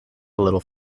little